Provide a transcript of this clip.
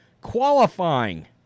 qualifying